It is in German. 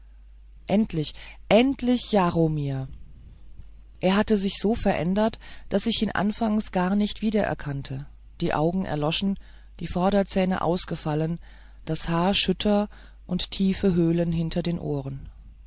endlich endlich jaromir er hatte sich so verändert daß ich ihn anfangs gar nicht wiedererkannte die augen erloschen die vorderzähne ausgefallen das haar schütter und tiefe höhlen hinter den ohren